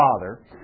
father